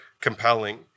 compelling